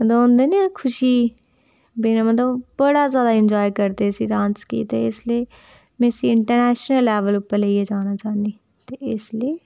मतलव होंदा नीं इक खुशी बड़ा ज़्यादा इन्जॅाय करदे न इस डांस गी में इस्सी इंटरनैशनल लैवल उप्पर लेइयै जाना चांह्न्नी ते इसलेई